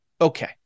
okay